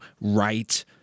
right